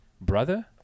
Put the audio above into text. brother